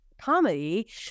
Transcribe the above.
comedy